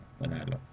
manalo